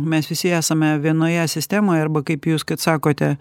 mes visi esame vienoje sistemoje arba kaip jūs kad sakote